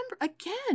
again